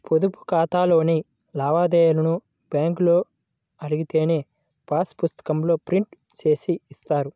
పొదుపు ఖాతాలోని లావాదేవీలను బ్యేంకులో అడిగితే పాసు పుస్తకాల్లో ప్రింట్ జేసి ఇస్తారు